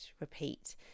repeat